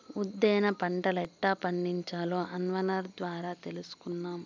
ఉద్దేన పంటలెట్టా పండించాలో అన్వర్ ద్వారా తెలుసుకుందాం